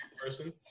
person